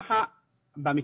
ככה בעצם,